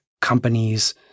companies